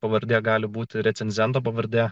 pavardė gali būti recenzento pavarde